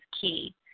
key